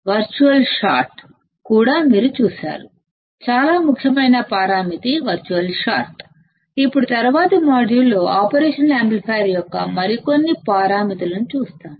virtual short కూడా మీరు చూశారు చాలా ముఖ్యమైన పరామితి వర్చువల్ షార్ట్ ఇప్పుడు తరువాతి మాడ్యూల్లో ఆపరేషనల్ యాంప్లిఫైయర్ యొక్క మరికొన్ని పారామితులను చూస్తాము